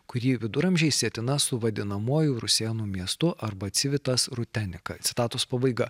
kuri viduramžiais sietina su vadinamuoju rusėnų miestu arba civitas rutenika citatos pabaiga